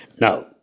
Now